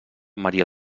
maria